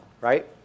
right